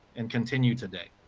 and continue today.